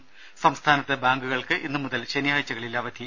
ത സംസ്ഥാനത്ത് ബാങ്കുകൾക്ക് ഇന്നു മുതൽ ശനിയാഴ്ചകളിൽ അവധി